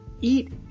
Eat